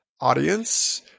audience